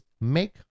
Make